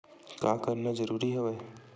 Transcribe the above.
का करना जरूरी हवय?